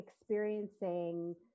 experiencing